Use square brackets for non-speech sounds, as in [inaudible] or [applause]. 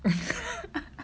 [laughs]